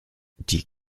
die